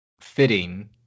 fitting